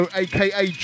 aka